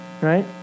Right